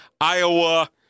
Iowa